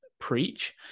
preach